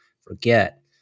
forget